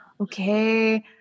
okay